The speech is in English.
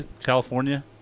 California